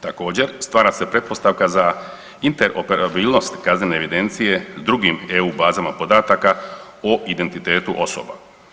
Također stvara se pretpostavka za interoperabilnost kaznene evidencije s drugim bazama EU bazama podataka o identitetu osoba.